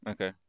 Okay